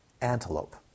antelope